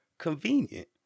convenient